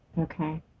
Okay